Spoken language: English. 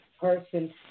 person